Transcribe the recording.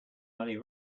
money